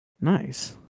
Nice